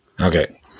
Okay